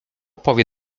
powie